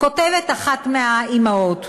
כותבת אחת האימהות: